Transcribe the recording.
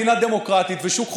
שאנחנו מדינה דמוקרטית ושוק חופשי,